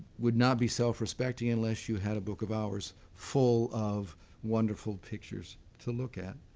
would not be self-respecting unless you had a book of hours full of wonderful pictures to look at.